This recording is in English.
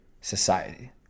society